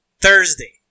Thursday